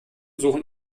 suchen